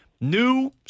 new